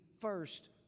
first